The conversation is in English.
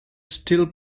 still